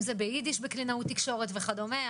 אם זה ביידיש בקלינאות תקשורת וכדומה,